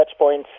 touchpoints